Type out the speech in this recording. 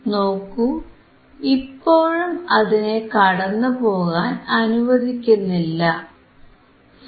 നോക്കൂ ഇപ്പോഴും അതിനെ കടന്നുപോകാൻ അനുവദിക്കുന്നില്ല്